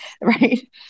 right